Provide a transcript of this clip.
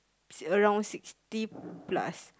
around sixty plus